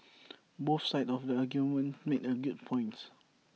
both sides of the argument make A good points